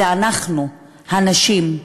זה אנחנו, הנשים,